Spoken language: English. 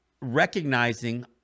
recognizing